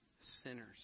sinners